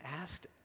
asked